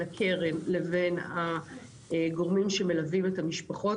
הקרן לבין הגורמים שמלווים את המשפחות.